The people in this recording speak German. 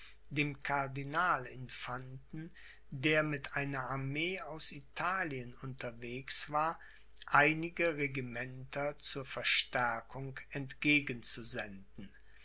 dem cardinal infanten der mit einer armee aus italien unterwegs war einige regimenter zur verstärkung entgegen